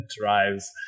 drives